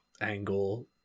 angle